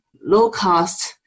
low-cost